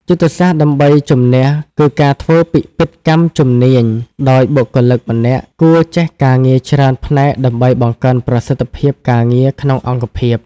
យុទ្ធសាស្ត្រដើម្បីជំនះគឺការធ្វើពិពិធកម្មជំនាញ ដោយបុគ្គលិកម្នាក់គួរចេះការងារច្រើនផ្នែកដើម្បីបង្កើនប្រសិទ្ធភាពការងារក្នុងអង្គភាព។